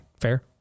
Fair